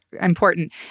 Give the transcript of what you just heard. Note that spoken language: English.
important